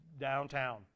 downtown